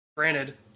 Granted